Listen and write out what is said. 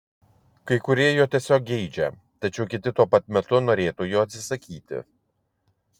kai kurie jo tiesiog geidžia tačiau kiti tuo pat metu norėtų jo atsisakyti